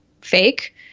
fake